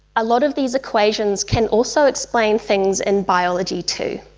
a lot of these equations can also explain things in biology too.